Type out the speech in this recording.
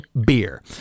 beer